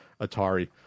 Atari